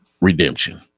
redemption